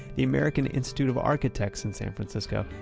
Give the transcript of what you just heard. the american institute of architects in san francisco,